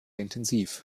intensiv